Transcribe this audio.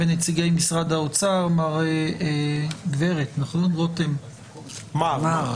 ונציג משרד האוצר, מר רותם ברמלי.